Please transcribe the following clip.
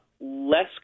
less